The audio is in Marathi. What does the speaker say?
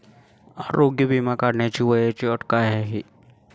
आरोग्य विमा काढण्यासाठी वयाची अट काय आहे?